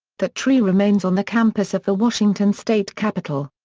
that tree remains on the campus of the washington state capitol.